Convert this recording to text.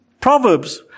Proverbs